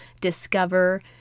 discover